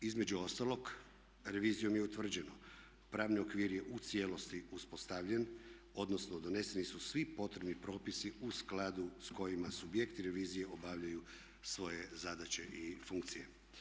Između ostalog, revizijom je utvrđeno pravni okvir je u cijelosti uspostavljen, odnosno doneseni su svi potrebni propisi u skladu s kojima subjekti revizije obavljaju svoje zadaće i funkcije.